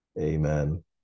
Amen